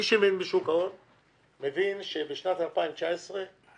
מי שמבין בשוק ההון מבין שבשנת 2019 יהיה